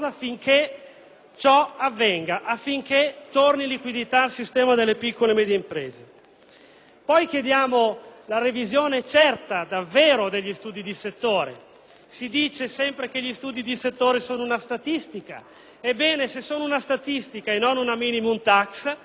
ciò avvenga, affinché torni liquidità al sistema delle piccole e medie imprese. Chiediamo poi la revisione certa, effettiva, degli studi di settore. Si dice sempre che gli studi di settore sono una statistica: ebbene, se lo sono e non sono una *minimum* *tax*, perché